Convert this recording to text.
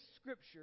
scripture